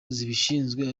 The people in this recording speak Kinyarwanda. zibishinzwe